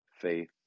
faith